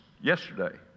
yesterday